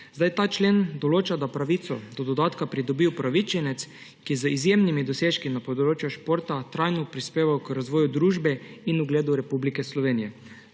ureja. Ta člen določa, da pravico do dodatka pridobi upravičenec, ki je z izjemnimi dosežki na področju športa trajno prispeval k razvoju družbe in ugledu Republike Slovenije,